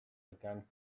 again